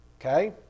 Okay